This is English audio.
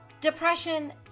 Depression